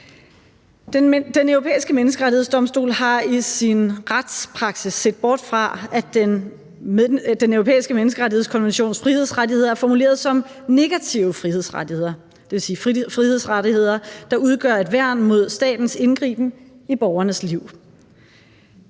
Den Europæiske Menneskerettighedsdomstol har i sin retspraksis set bort fra, at Den Europæiske Menneskerettighedskonventions frihedsrettigheder er formuleret som negative frihedsrettigheder. Det vil sige frihedsrettigheder, der udgør et værn mod statens indgriben i borgernes liv.